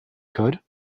could